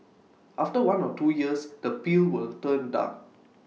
after one or two years the peel will turn dark